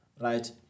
right